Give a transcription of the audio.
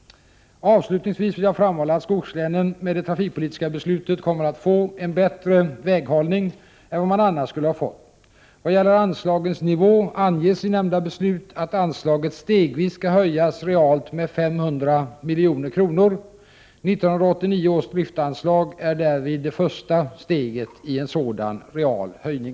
Avslutningsvis vill jag framhålla att skogslänen med det trafikpolitiska beslutet kommer att få en bättre väghållning än vad man annars skulle ha fått. Vad gäller anslagets nivå anges i nämnda beslut att anslaget stegvis skall höjas realt med 500 milj.kr. 1989 års driftsanslag är därvid det första steget i en sådan real höjning.